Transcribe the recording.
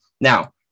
Now